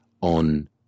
on